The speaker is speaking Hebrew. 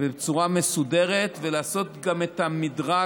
בצורה מסודרת ולעשות גם את המדרג